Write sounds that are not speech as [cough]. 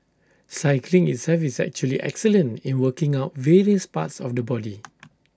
cycling itself is actually excellent in working out various parts of the body [noise]